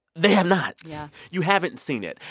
they have not yeah you haven't seen it.